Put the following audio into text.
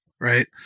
right